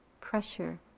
pressure